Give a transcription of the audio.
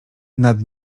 nad